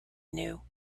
knew